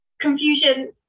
confusion